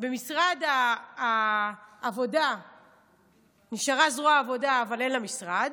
במשרד העבודה נשארה זרוע העבודה אבל אין לה משרד.